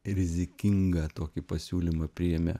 rizikingą tokį pasiūlymą priėmė